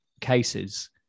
cases